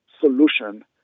solution